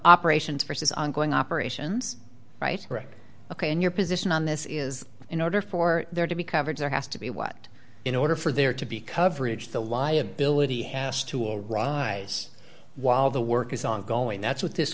operations versus ongoing operations right ok in your position on this is in order for there to be coverage there has to be what in order for there to be coverage the liability has to rise while the work is ongoing that's what this